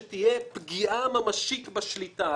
שתהיה פגיעה משמעות בשליטה,